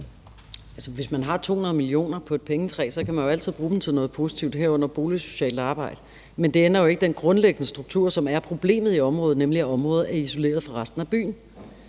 Hvis man har 200 mio. kr. på et pengetræ, kan man jo altid bruge dem til noget positivt, herunder boligsocialt arbejde. Men det ændrer jo ikke den grundlæggende struktur, som er problemet i området, nemlig at området er isoleret fra resten af byen.